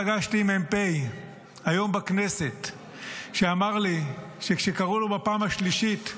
אני פגשתי מ"פ היום בכנסת שאמר לי שכשקראו לו בפעם השלישית,